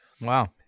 Wow